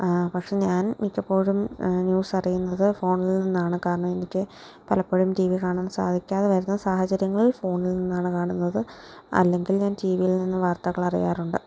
പക്ഷേ ഞാൻ മിക്കപ്പോഴും ന്യൂസ് അറിയുന്നത് ഫോണിൽ നിന്നാണ് കാരണം എനിക്ക് പലപ്പോഴും ടി വി കാണാൻ സാധിക്കാതെ വരുന്ന സാഹചര്യങ്ങളിൽ ഫോണിൽ നിന്നാണ് കാണുന്നത് അല്ലെങ്കിൽ ഞാൻ ടി വിയിൽ നിന്ന് വാർത്തകൾ അറിയാറുണ്ട്